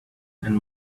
and